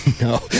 No